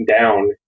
down